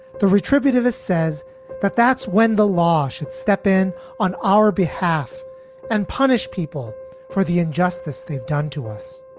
the retributive, it says that that's when the law should step in on our behalf and punish people for the injustice they've done to us.